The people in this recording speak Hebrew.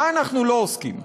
במה אנחנו לא עוסקים?